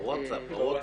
בווטסאפ.